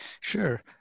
Sure